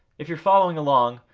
if you're following along,